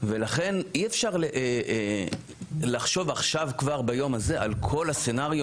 לכן אי אפשר לחשוב עכשיו כבר ביום הזה על כל הסצנריו